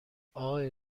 آقای